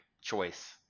choice